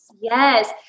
Yes